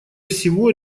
всего